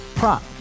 Prop